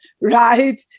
right